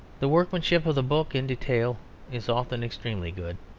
the workmanship of the book in detail is often extremely good.